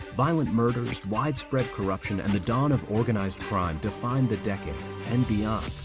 violent murders, widespread corruption, and the dawn of organized crime defined the decade and beyond.